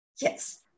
Yes